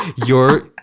your.